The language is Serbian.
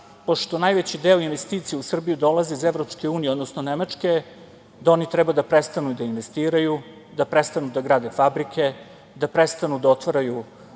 pošto najveći deo investicija u Srbiju dolazi iz EU, odnosno Nemačke, oni treba da prestanu da investiraju, da prestanu da grade fabrike, da prestanu da otvaraju